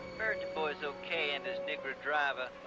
barrington boy's okay and his negro driver.